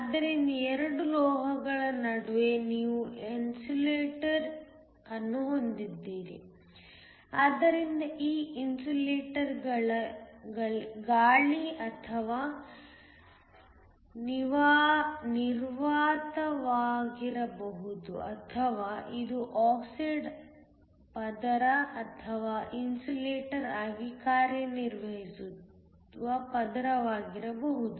ಆದ್ದರಿಂದ 2 ಲೋಹಗಳ ನಡುವೆ ನೀವು ಇನ್ಸುಲೇಟರ್ ಅನ್ನು ಹೊಂದಿದ್ದೀರಿ ಆದ್ದರಿಂದ ಈ ಇನ್ಸುಲೇಟರ್ ಗಾಳಿ ಅಥವಾ ನಿರ್ವಾತವಾಗಿರಬಹುದು ಅಥವಾ ಇದು ಆಕ್ಸೈಡ್ ಪದರ ಅಥವಾ ಇನ್ಸುಲೇಟರ್ ಆಗಿ ಕಾರ್ಯನಿರ್ವಹಿಸುವ ಇತರ ಪದರವಾಗಿರಬಹುದು